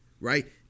right